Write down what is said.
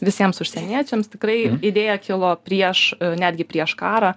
visiems užsieniečiams tikrai idėja kilo prieš netgi prieš karą